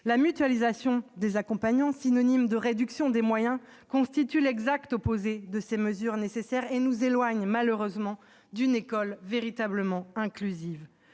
La mutualisation des accompagnants, synonyme de réduction des moyens, constitue l'exact opposé de ces mesures nécessaires et nous éloigne d'une école véritablement inclusive.